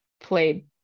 played